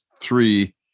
three